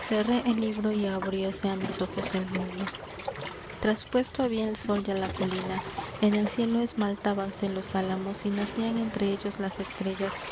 el libro y abrióse a mis ojos el mundo traspuesto había el sol ya la colina en el cielo esmaltábanse los álamos y nacían entre ellos las estrellas